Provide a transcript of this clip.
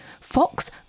Fox